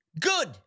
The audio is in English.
Good